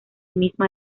misma